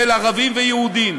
של ערבים ויהודים.